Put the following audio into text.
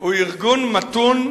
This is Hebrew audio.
הוא ארגון מתון,